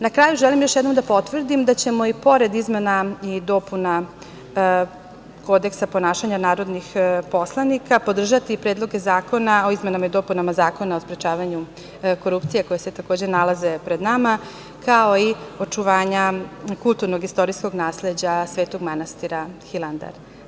Na kraju, želim još jednom da potvrdim da ćemo i pored izmena i dopuna Kodeksa ponašanja narodnih poslanika podržati i predloge zakona o izmenama i dopunama Zakona o sprečavanju korupcije, koji se takođe nalazi pred nama, kao i očuvanja kulturnog istorijskog nasleđa Svetog manastira Hilandar.